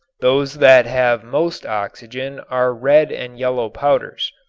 those that have most oxygen are red and yellow powders.